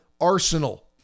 arsenal